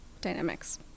dynamics